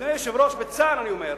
אדוני היושב-ראש, בצער אני אומר,